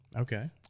okay